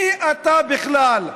מי אתה בכלל?